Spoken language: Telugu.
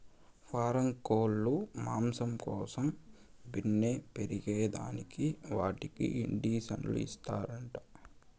పారం కోల్లు మాంసం కోసం బిన్నే పెరగేదానికి వాటికి ఇండీసన్లు ఇస్తారంట